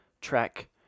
Track